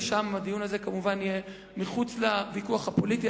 ושם הדיון הזה כמובן יהיה מחוץ לוויכוח הפוליטי,